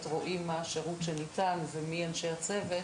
רואים מה השירות שניתן ומי אנשי הצוות